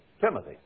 Timothy